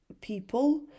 people